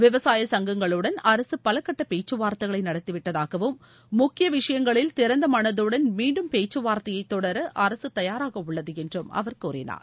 விவசாய சங்கங்களுடன் அரசு பல கட்ட பேச்சுவார்த்தைகளை நடத்தி விட்டதாகவும் முக்கிய விஷயங்களில் திறந்த மனதுடன் மீன்டும் பேச்சுவார்த்தையை தொடர அரசு தயாராக உள்ளது என்றும் அவர் கூறினார்